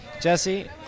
Jesse